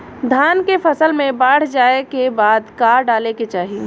धान के फ़सल मे बाढ़ जाऐं के बाद का डाले के चाही?